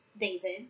David